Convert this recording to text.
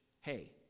hey